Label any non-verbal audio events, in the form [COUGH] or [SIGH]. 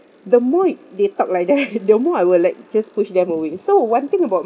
the more they talk like that right [LAUGHS] the more I will like just push them away so one thing about